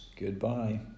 Goodbye